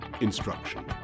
instruction